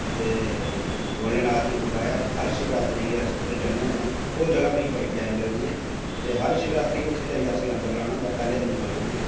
ते भोले नाथ दी जगह् ऐ ते हर शिवरात्री गी अस उध्दर जन्नें होन्न आं ओह् जगाह् मिगी बड़ी प्यारी लगदी ऐ ते र शिवरात्री गी असै उध्दर जाइयै लंगर लाना होंदा ऐ पैह्ले दिन असें उत्थें जाना होंदा ऐ